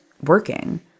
working